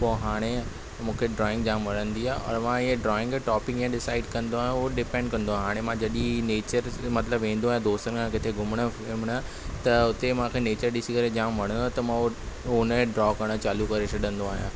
पोइ हाणे मूंखे ड्राइंग जाम वणंदी आ और मां इह ड्राइंग टॉपिक इअं डिसाइड कंदो आहियां डिपेंड कंदो आहे हाणे मां जॾहिं नेचर मतिलबु ईंदो आहे दोस्तनि सां किथे घुमण फिरन त हुते मूंखे नेचर ॾिसी करे जाम वणंदो त मां हो ड्रो करण चालू करे छॾिंदो आहियां